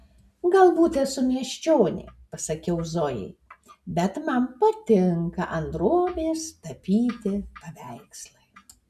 galbūt esu miesčionė pasakiau zojai bet man patinka ant drobės tapyti paveikslai